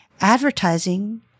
Advertising